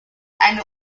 eine